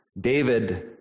David